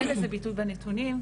אין לזה ביטוי בנתונים,